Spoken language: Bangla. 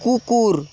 কুকুর